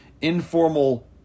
informal